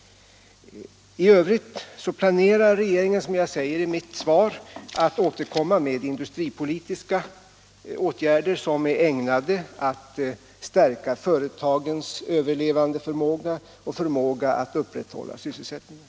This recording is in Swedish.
I övrigt planerar regeringen, som jag säger i mitt svar, att återkomma med industripolitiska åtgärder som är ägnade att stärka företagens överlevandeförmåga och förmåga att upprätthålla sysselsättningen.